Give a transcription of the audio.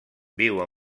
viu